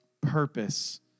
purpose